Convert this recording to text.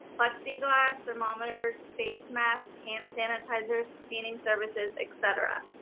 plexiglas thermometers, face masks, hand sanitizers, cleaning services, et cetera.